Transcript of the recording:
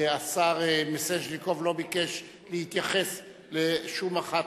השר מיסז'ניקוב לא ביקש להתייחס לשום נושא